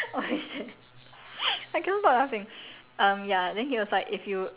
eh you using the wrong detergent sia then I was like oh shucks then he was like oh shit